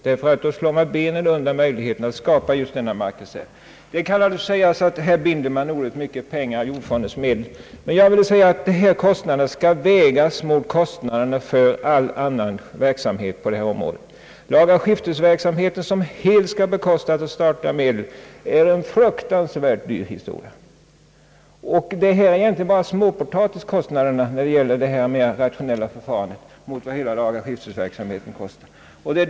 Det kan naturligtvis sägas att så mycket pengar inte bör bindas av jordfondens medel, men dessa kostnader måste vägas mot kostnaderna för all annan verksamhet på detta område. Lagaskiftesverksamheten, som helt skall bekostas av statliga medel, är en dyr historia. Kostnaderna för det mera rationella förfarandet är egentligen bara »småpotatis» mot vad lagaskiftesverksamheten kostar.